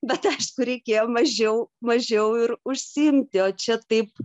bet aišku reikėjo mažiau mažiau ir užsiimti o čia taip